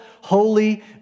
holy